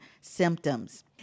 symptoms